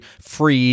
free